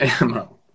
ammo